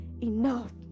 enough